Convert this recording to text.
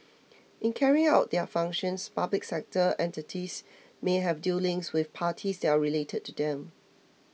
in carrying out their functions public sector entities may have dealings with parties that are related to them